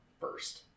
first